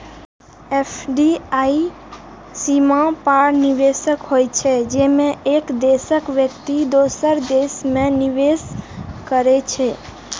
FDI सीमा पार निवेश होइ छै, जेमे एक देशक व्यक्ति दोसर देश मे निवेश करै छै